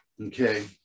okay